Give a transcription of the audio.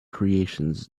creations